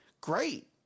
great